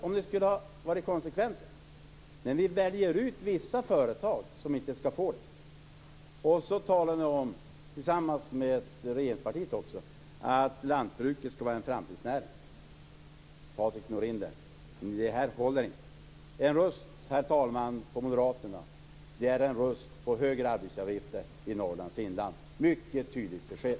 Ni skulle ha varit konsekventa, men ni väljer ut vissa företag som inte skall få sänkningarna. Sedan talar ni om, också tillsammans med regeringspartiet, att lantbruket skall vara en framtidsnäring. Patrik Norinder, det här håller inte. En röst på Moderaterna, herr talman, är en röst på högre arbetsgivareavgifter i Norrlands inland. Det är ett mycket tydligt besked.